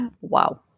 Wow